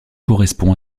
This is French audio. correspond